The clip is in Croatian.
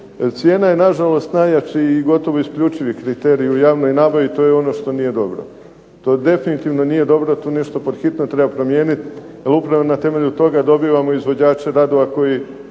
Cijena je na žalost najjači i gotovo isključivi kriterij u javnoj nabavi i to je ono što nije dobro. To definitivno nije dobro. Tu nešto pod hitno treba promijeniti, jer upravo na temelju toga dobivamo izvođače radova koji